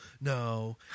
no